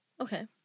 Okay